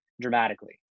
dramatically